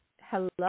Hello